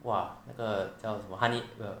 !wah! 那个叫什么 honey 了